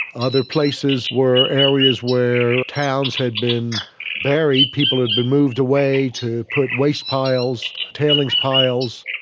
other places where areas where towns had been buried, people had been moved away to put waste piles, tailings piles.